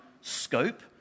scope